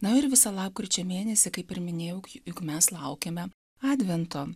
na ir visą lapkričio mėnesį kaip ir minėjau juk mes laukiame advento